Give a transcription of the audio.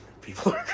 people